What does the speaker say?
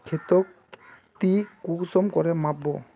खेतोक ती कुंसम करे माप बो?